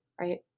right